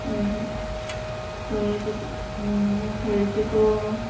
ꯍꯣꯏ ꯍꯣꯏ ꯍꯣꯏ ꯑꯗꯨꯗꯤ ꯎꯝ ꯃꯪ ꯐꯔꯁꯦꯀꯣ